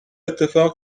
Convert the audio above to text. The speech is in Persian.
اتفاق